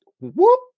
whoop